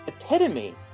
epitome